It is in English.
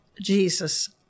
Jesus